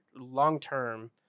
Long-term